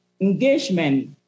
engagement